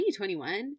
2021